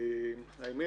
האמת